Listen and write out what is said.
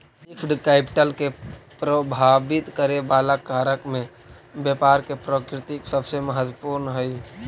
fixed capital के प्रभावित करे वाला कारक में व्यापार के प्रकृति सबसे महत्वपूर्ण हई